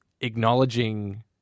acknowledging